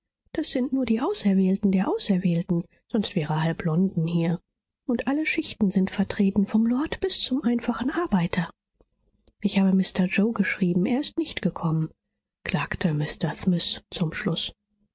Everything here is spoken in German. das sind nur die auserwählten der auserwählten sonst wäre halb london hier und alle schichten sind vertreten vom lord bis zum einfachen arbeiter ich habe mr yoe geschrieben er ist nicht gekommen klagte mr smith zum schluß